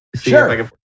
Sure